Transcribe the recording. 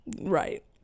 Right